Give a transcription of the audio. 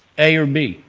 a or b.